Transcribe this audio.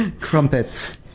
Crumpets